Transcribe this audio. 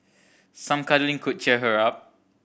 some cuddling could cheer her up